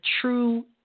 true